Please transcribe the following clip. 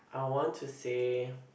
I want to say